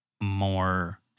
more